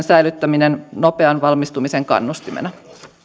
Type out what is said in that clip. säilyttäminen nopean valmistumisen kannustimena